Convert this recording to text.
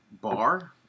Bar